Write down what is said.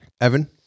Evan